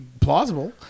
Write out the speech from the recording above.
plausible